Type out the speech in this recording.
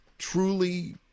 Truly